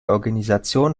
organisation